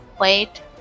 wait